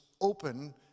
open